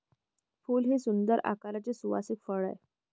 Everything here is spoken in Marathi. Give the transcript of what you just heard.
फूल हे सुंदर आकाराचे सुवासिक फळ आहे